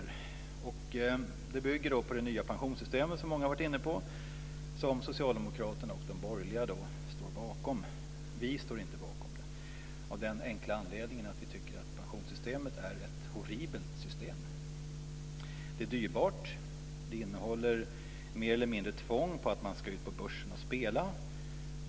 Det bygger på det nya pensionssystemet, som många har varit inne på här, och som socialdemokraterna och de borgerliga står bakom. Vi står inte bakom det av den enkla anledningen att vi tycker att pensionssystemet är ett horribelt system. Det är dyrbart, och det innehåller mer eller mindre ett tvång på att man ska ut på börsen och spela.